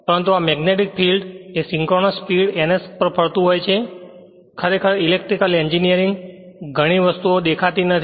પરંતુ આ magnetic field એક સિંક્રનસ સ્પીડ ns પર ફરતું હોય છે ખરેખર ઇલેક્ટ્રિકલ એન્જિનિયરિંગ ઘણી વસ્તુઓ દેખાતી નથી